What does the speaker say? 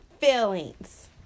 feelings